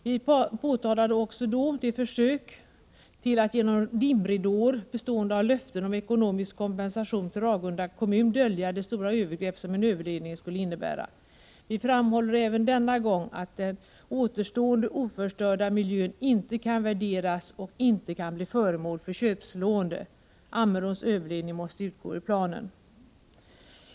Vi påtalade också då de försök att genom dimridåer, bestående av löften om ekonomisk kompensation till Ragunda kommun, dölja det stora övergrepp som en överledning skulle innebära. Vi framhåller även denna gång att den återstående oförstörda miljön inte kan värderas och inte kan bli föremål för köpslående. Ammeråns överledning måste utgå ur planen.